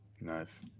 nice